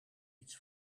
iets